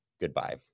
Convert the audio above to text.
Goodbye